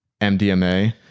mdma